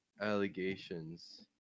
allegations